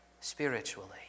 spiritually